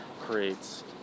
creates